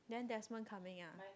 then Desmond coming ah